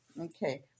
Okay